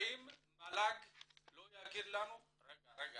האם מל"ג לא יגיד לנו "רגע,